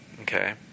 okay